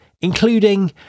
including